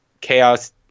chaos